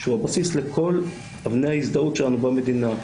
שהוא בסיס לכל אבני ההזדהות שלנו במדינה,